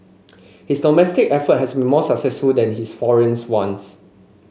his domestic effort has been more successful than his foreign's ones